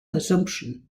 assumption